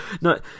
No